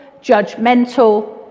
judgmental